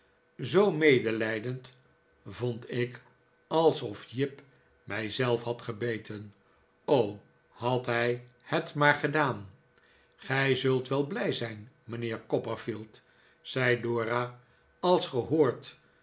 zoo medelijdend vond ik alsof jip mij zelf had gebeten o had hij het maar gedaan gij zult wel blij zijn mijnheer copperfield zei dora als ge